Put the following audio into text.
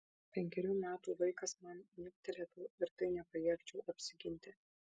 penkerių metų vaikas man niuktelėtų ir tai nepajėgčiau apsiginti